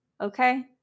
okay